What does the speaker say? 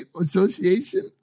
Association